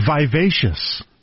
vivacious